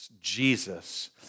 Jesus